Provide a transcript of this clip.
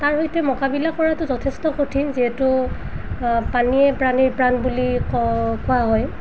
তাৰ সৈতে মোকাবিলা কৰাটো যথেষ্ট কঠিন যিহেতু পানীয়ে প্ৰাণীৰ প্ৰাণ বুলি ক কোৱা হয়